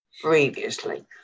previously